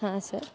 ಹಾಂ ಸರ್